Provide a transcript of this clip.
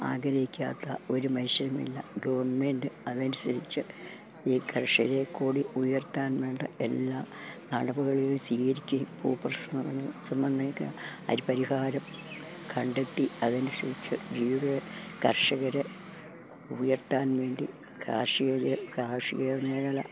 ആഗ്രഹിക്കാത്ത ഒരു മനുഷ്യരുമില്ല ഗവൺമെൻറ്റ് അതനുസരിച്ച് ഈ കർഷകരെക്കൂടി ഉയർത്താൻ വേണ്ട എല്ലാ നടപ്പുകളും സ്വീകരിക്കുകയും പൂപ്പർശ സംമ്മന്നക്ക അരിപരിഹാരം കണ്ടെത്തി അതനുസരിച്ച് ജീവിതവെ കർഷകരെ ഉയർത്താൻ വേണ്ടി കാർഷിക മേ കാർഷിക മേഘല